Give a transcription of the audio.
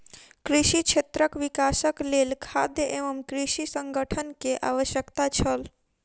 कृषि क्षेत्रक विकासक लेल खाद्य एवं कृषि संगठन के आवश्यकता छल